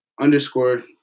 underscore